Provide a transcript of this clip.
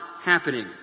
happening